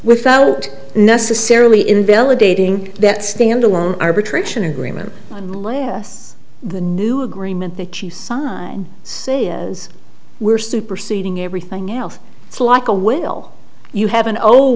without necessarily invalidating that stand alone arbitration agreement last the new agreement that you sign say is we're superseding everything else it's like a will you have an ol